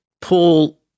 Paul